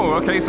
ah okay. so